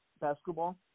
basketball